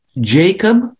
Jacob